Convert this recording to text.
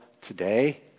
today